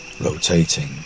rotating